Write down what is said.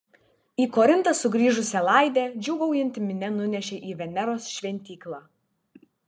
į korintą sugrįžusią laidę džiūgaujanti minia nunešė į veneros šventyklą